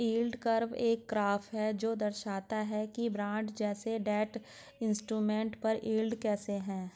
yield curve एक graph है जो दर्शाता है कि बॉन्ड जैसे डेट इंस्ट्रूमेंट पर यील्ड कैसे है